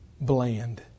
bland